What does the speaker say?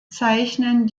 zeichnen